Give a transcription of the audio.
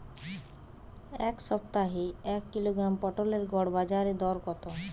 এ সপ্তাহের এক কিলোগ্রাম পটলের গড় বাজারে দর কত?